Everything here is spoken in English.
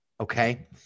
okay